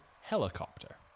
helicopter